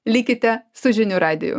likite su žinių radiju